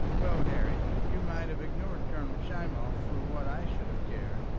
well, harry, you might have ignored colonel schmoff for what i should have cared.